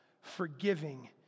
forgiving